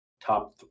top